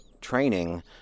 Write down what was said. training